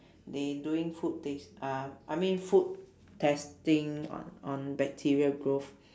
they doing food taste uh I mean food testing on on bacteria growth